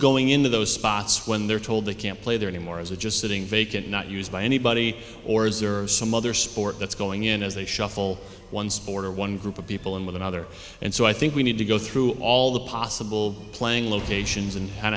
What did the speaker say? going into those spots when they're told they can't play there anymore is it just sitting vacant not used by anybody or is there are some other sport that's going in as they shuffle one sport or one group of people in with another and so i think we need to go through all the possible playing locations and h